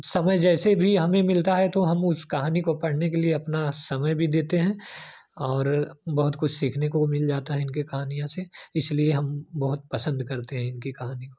समय जैसे भी हमें मिलता है तो हम उस कहानी को पढ़ने के लिए अपना समय भी देते हैं और बहुत कुछ सीखने के भी मिल जाता है इनकी कहानियों से इसलिए हम बहुत पसंद करते हैं इनकी कहानी को